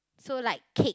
so like cake